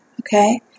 Okay